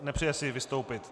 Nepřeje si vystoupit.